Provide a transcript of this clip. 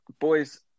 boys